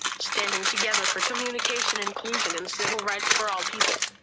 standing together for communication inclusion and civil rights for all people.